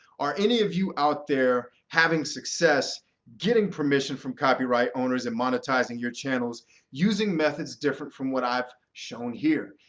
are any of you out there having success getting permission from copyright owners and monetizing your channels using methods different from what i've shown here?